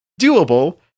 Doable